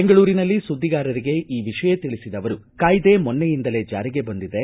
ಬೆಂಗಳೂರಿನಲ್ಲಿ ಸುದ್ಗಿಗಾರರಿಗೆ ಈ ವಿಷಯ ತಿಳಿಸಿದ ಅವರು ಕಾಯ್ದೆ ಮೊನ್ನೆಯಿಂದಲೇ ಜಾರಿಗೆ ಬಂದಿದೆ